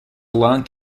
long